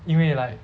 因为 like